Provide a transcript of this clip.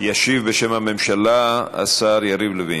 ישיב בשם הממשלה השר יריב לוין.